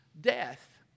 death